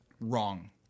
wrong